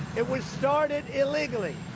it was started illegally.